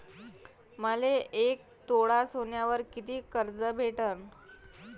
मले एक तोळा सोन्यावर कितीक कर्ज भेटन?